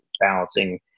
balancing